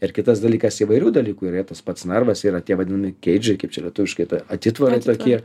ir kitas dalykas įvairių dalykų yra tas pats narvas yra tie vadinami keidžai kaip čia lietuviškai ta atitvarai tokie